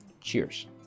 Cheers